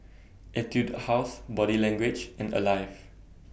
Etude House Body Language and Alive